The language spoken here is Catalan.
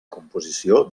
composició